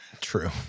True